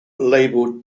labeled